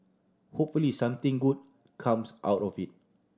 hopefully something good comes out of it